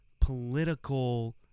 political